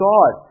God